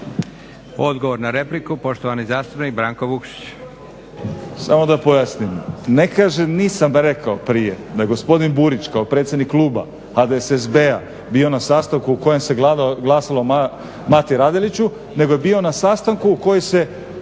Odgovor na repliku, poštovani zastupnik Branko Vukšić.